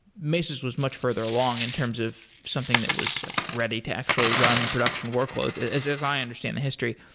mesos was much further along in terms of something that was like ready to actually run production workloads, as as i understand the history.